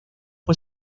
fue